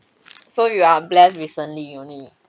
so you are blessed recently only